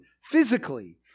physically